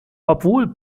obwohl